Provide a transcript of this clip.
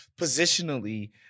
positionally